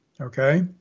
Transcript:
okay